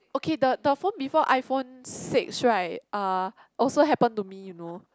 okay the the phone before iPhone six right uh also happen to me you know